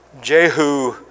Jehu